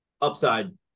upside